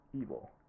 evil